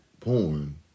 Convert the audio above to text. porn